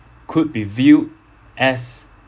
could be viewed as